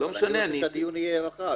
אבל אני רוצה שהדיון יהיה מחר.